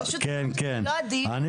פשוט זה לא הדיון.